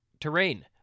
terrain